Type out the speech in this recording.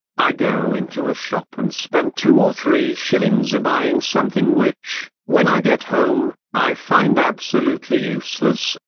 i go into a shop and spend two or three shillings in buying something which, when i get home, i find absolutely useless,